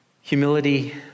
Humility